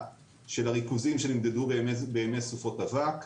של הריכוזים שנמדדו בימי סופות אבק.